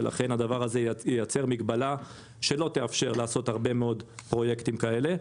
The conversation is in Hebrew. ולכן הדבר הזה ייצר מגבלה שלא תאפשר לעשות הרבה מאוד פרויקטים כאלה.